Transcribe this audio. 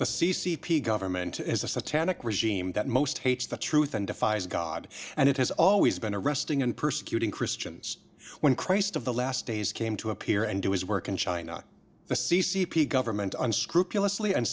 the c c p government is a satanic regime that most hates the truth and defies god and it has always been arresting and persecuting christians when christ of the last days came to appear and do his work in china the c c p government unscrupulously an